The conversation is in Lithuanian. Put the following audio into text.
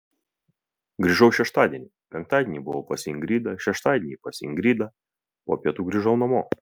grįžau šeštadienį penktadienį buvau pas ingridą šeštadienį pas ingridą po pietų grįžau namo